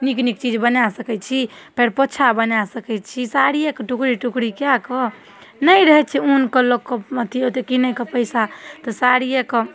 नीक नीक चीज बना सकै छी पाएरपोछा बना सकै छी साड़िएके टुकड़ी टुकड़ी कऽ कऽ नहि रहै छै उनके लोकके अथी ओतेक किनैके पइसा तऽ साड़िएके